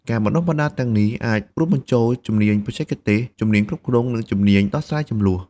ការបណ្ដុះបណ្ដាលទាំងនេះអាចរួមបញ្ចូលជំនាញបច្ចេកទេស ជំនាញគ្រប់គ្រង និងជំនាញដោះស្រាយជម្លោះ។